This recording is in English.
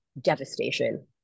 devastation